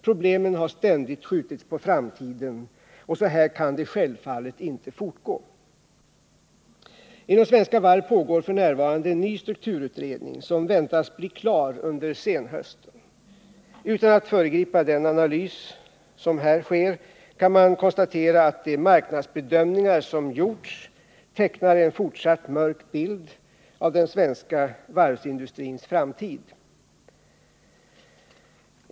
Problemen har ständigt skjutits på framtiden. Så kan det självfallet inte fortgå. Inom Svenska Varv pågår f. n. en ny strukturutredning, som väntas bli klar under senhösten. Utan att föregripa den analys som där sker kan man konstatera att de marknadsbedömningar som gjorts tecknar en fortsatt mörk bild av den svenska varvsindustrins framtid.